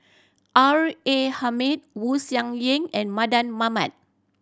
R A Hamid Wu Yen and Mardan Mamat